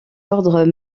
ordres